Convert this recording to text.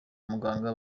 muganga